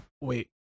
wait